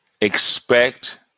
expect